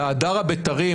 על ההדר הבית"רי,